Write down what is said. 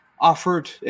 Offered